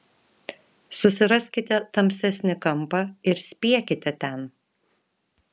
susiraskite tamsesnį kampą ir spiekite ten